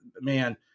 man